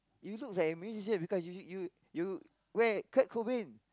you look like a musician because you you you wear Kurt-Cobain